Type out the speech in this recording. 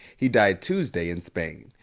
he died tuesday in spain.